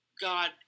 God